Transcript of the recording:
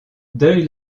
deuil